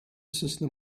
system